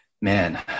Man